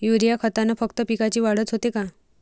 Urea खतानं फक्त पिकाची वाढच होते का?